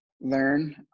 learn